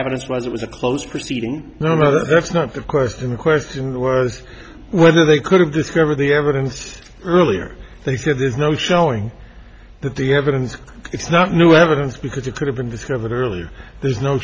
evidence was it was a closed proceeding no no that's not the question the question was whether they could have discovered the evidence earlier they said there's no showing that the evidence it's not new evidence because it could have been discovered earlier there's no